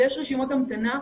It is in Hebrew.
ויש רשימות המתנה,